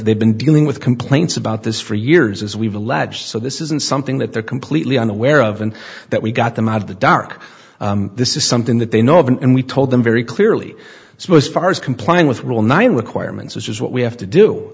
they've been dealing with complaints about this for years as we've alleged so this isn't something that they're completely unaware of and that we got them out of the dark this is something that they know of and we told them very clearly supposed fars complying with rule nine requirements which is what we have to do